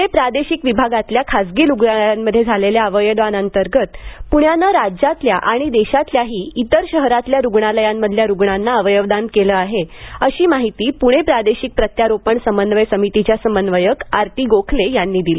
पुणे प्रादेशिक विभागातल्या खासगी रुग्णालयांमध्ये झालेल्या अवयवदानांतर्गत प्ण्यानं राज्यातल्या आणि देशातल्याही इतर शहरातल्या रुग्णालयांमधल्या रुग्णांना अवयवदान केलं आहे अशी माहिती पुणे प्रादेशिक प्रत्यारोपण समन्वय समितीच्या समन्वयक आरती गोखले यांनी दिली